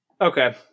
Okay